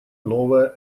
новая